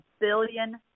billion